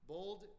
Bold